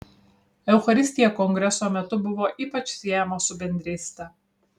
eucharistija kongreso metu buvo ypač siejama su bendryste